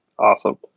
Awesome